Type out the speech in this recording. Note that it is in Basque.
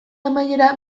amaiera